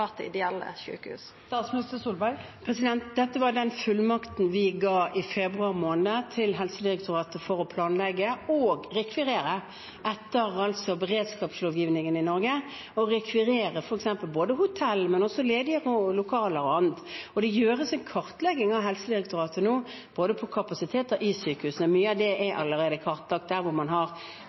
ideelle sjukehus. Dette var den fullmakten vi ga i februar måned til Helsedirektoratet for å planlegge og rekvirere etter beredskapslovgivningen i Norge: rekvirere f.eks. hotell, men også ledige lokaler o.a. Helsedirektoratet kartlegger nå kapasiteten i sykehusene – mye av det er allerede kartlagt – hvor man har